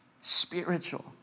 spiritual